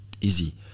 easy